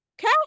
Okay